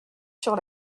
sur